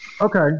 Okay